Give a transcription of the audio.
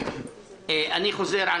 אני חוזר על